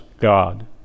God